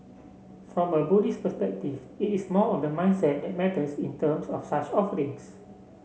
from a Buddhist perspective it is more of the mindset that matters in terms of such offerings